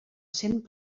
cent